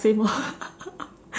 !wah!